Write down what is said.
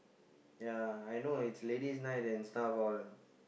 ya I know it's Ladies Night and stuff all